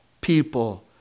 people